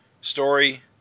story